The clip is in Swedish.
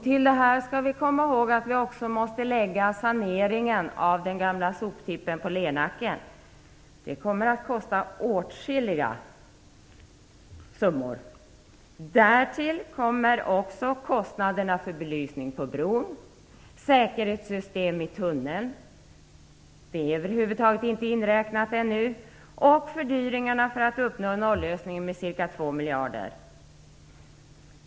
Till detta skall vi komma ihåg att saneringen av den gamla soptippen på Lernacken kommer att kosta åtskilliga summor. Därtill kommer också kostnaderna för belysning på bron, kostnaderna för säkerhetssystem i tunneln - detta är över huvud taget inte inräknat - och fördyringarna för att uppnå en nollösning, vilka uppgår till ca 2 miljarder.